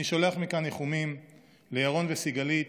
אני שולח מכאן ניחומים לירון וסיגלית,